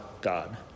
God